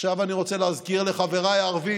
עכשיו אני רוצה להזכיר לחבריי הערבים,